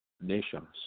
nations